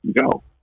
Go